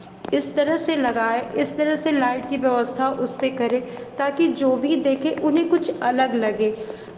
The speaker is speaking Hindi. इस तरह से लगाए इस तरह से लाइट की व्यवस्था उस पे करे ताकि जो भी देखे उन्हें कुछ अलग लगे